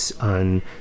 on